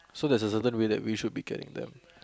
so there's a certain way that we should be carrying them